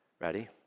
Ready